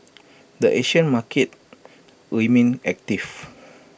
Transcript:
the Asian market remained active